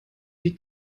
die